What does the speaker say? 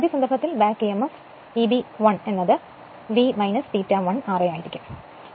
ആദ്യ സന്ദർഭത്തിൽ back emf Eb 1 എന്നത് V ∅1ra ആയിരിക്കും